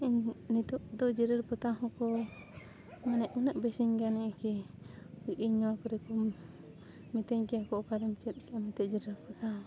ᱤᱧ ᱱᱤᱛᱳᱜ ᱫᱚ ᱡᱤᱨᱮᱲ ᱯᱟᱛᱟᱣ ᱦᱚᱸᱠᱚ ᱢᱟᱱᱮ ᱩᱱᱟᱹᱜ ᱵᱮᱥᱤᱧ ᱜᱟᱱᱮᱜᱼᱟ ᱠᱤ ᱤᱧ ᱱᱚᱣᱟ ᱠᱚᱨᱮ ᱠᱚ ᱢᱤᱛᱟᱹᱧ ᱠᱮᱭᱟ ᱠᱚ ᱚᱠᱟᱨᱮᱢ ᱪᱮᱫ ᱠᱮᱭᱟ ᱱᱤᱛᱳᱜ ᱡᱤᱨᱮᱲ ᱯᱟᱛᱟᱣ